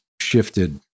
shifted